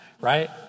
Right